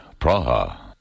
Praha